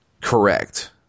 correct